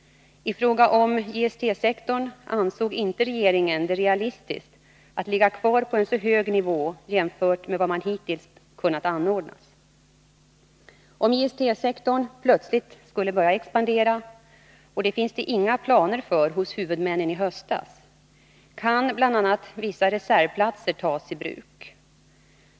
I fråga om JST-sektorn ansåg inte regeringen det realistiskt att ligga kvar på en så hög nivå jämfört med vad som hittills kunnat anordnas. Om JST-sektorn plötsligt skulle börja expandera — och det fanns det inga planer för hos huvudmännen i höstas — kan bl.a. vissa reservplatser tas i bruk.